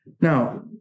Now